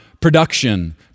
production